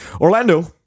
Orlando